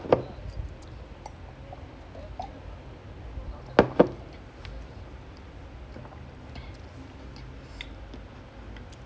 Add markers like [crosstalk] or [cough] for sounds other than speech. அதெல்லாம்:athellaam like [noise] I mean it's damn sad lah because like sometime the keeper like ஒரு நாலு:oru nallu serve பண்ணும் போது:pannum podhu like [noise] it just keep repeating like total lose the confidence